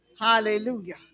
Hallelujah